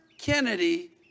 Kennedy